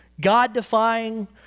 God-defying